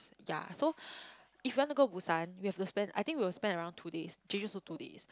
ya so if you want to go Busan we have to spend I think we will spend around two days Jeju also two days